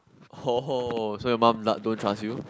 oh so your mum lah don't trust you